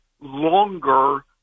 longer